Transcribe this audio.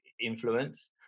influence